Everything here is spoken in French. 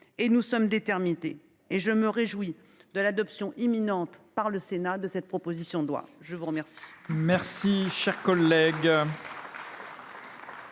et nous sommes déterminés. Aussi, je me réjouis de l’adoption imminente par le Sénat de cette proposition de loi. La parole